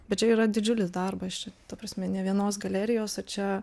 bet čia yra didžiulis darbas čia ta prasme ne vienos galerijos o čia